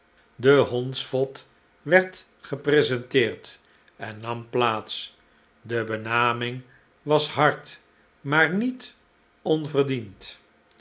de hondsvot werd gepresenteerd en nam plaats de benaming was hard maar niet onverdiend